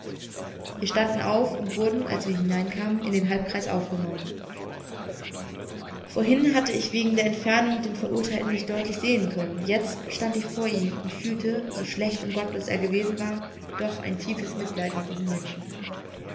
wir standen auf und wurden als wir hinkamen in den halbkreis aufgenommen vorhin hatte ich wegen der entfernung den verurteilten nicht deutlich sehen können jetzt stand ich vor ihm und fühlte so schlecht und gottlos er gewesen war doch ein tiefes mitleid mit diesem menschen